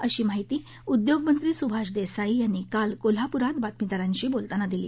अशी माहिती उद्योग मंत्री सुभाष दस्तिई यांनी काल कोल्हापुरात बातमीदारांशी बोलताना दिली